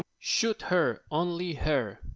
shoot her, only her.